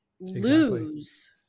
lose